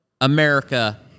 America